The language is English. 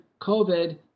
COVID